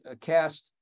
cast